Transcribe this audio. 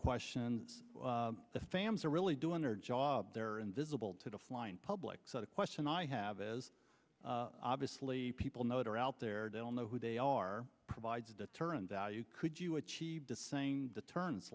questions the fans are really doing their job they're invisible to the flying public so the question i have is obviously people know that are out there they'll know who they are provides a deterrent value could you achieve to saying the turns